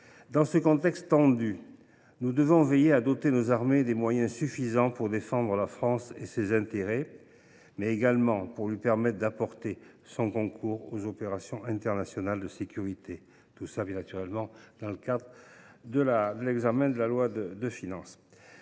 Dans ce contexte tendu, nous devons veiller à doter nos armées des moyens suffisants pour défendre la France et ses intérêts, mais aussi pour lui permettre d’apporter son concours aux opérations internationales de sécurité – cela passera, naturellement, par les débats que nous aurons dans